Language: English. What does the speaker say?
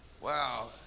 Wow